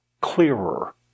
clearer